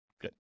Good